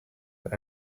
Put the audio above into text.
but